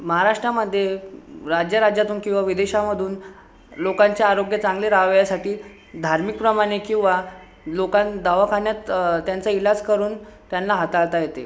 महाराष्ट्रामध्ये राज्याराज्यातून किंवा विदेशामधून लोकांचे आरोग्य चांगले राहावयासाठी धार्मिक प्रमाणे किंवा लोकांस दवाखान्यात त्यांचा इलाज करून त्यांना हाताळता येते